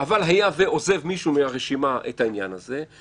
אבל היה ועוזב מישהו מהרשימה את העניין הזה,